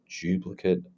duplicate